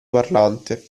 parlante